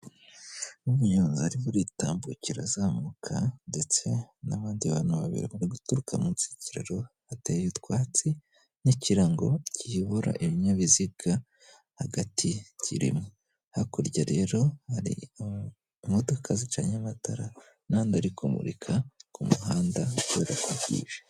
Umunyozi arimo aritambukira azamuka ndetse n'abandi bantu babiri bari guturuka munsi y'ikiraro, hateye utwatsi n'kirarango kiyobora ibinyabiziga hagati kirimo. Hakurya rero hari imodoka zicanye amatara n'andi ari kumurika ku muhanda kubera ko bwije.